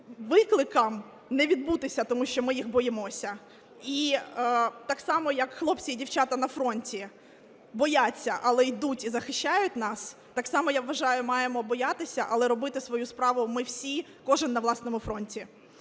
викликам не відбутися, тому що ми їх боїмося. І так само, як хлопці і дівчата на фронті бояться, але йдуть і захищають нас, так само, я вважаю, маємо боятися, але робити свою справу ми всі, кожен на власному фронті.